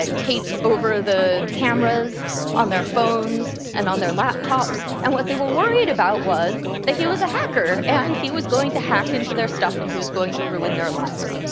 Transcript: ah tape over the cameras on their phones and on their laptops, and what they were worried about was that he was a hacker and he was going to hack into their stuff and he was going to ruin their lives.